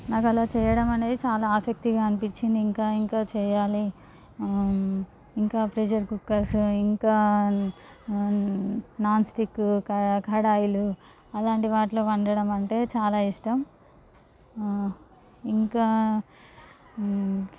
నాకు అలా చేయడం అనేది చాలా ఆశక్తిగా అనిపించింది ఇంకా ఇంకా చేయాలి ఇంకా ప్రెషర్ కుక్కర్స్ ఇంకా నాన్స్టిక్ కడాయిలు అలాంటి వాటిలో వండడం అంటే చాలా ఇష్టం ఇంకా